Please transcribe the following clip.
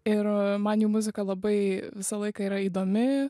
ir man jų muzika labai visą laiką yra įdomi